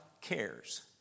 cares